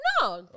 no